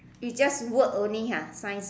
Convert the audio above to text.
it's just word only ah science